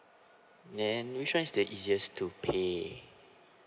then which one is the easiest to pay